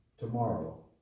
tomorrow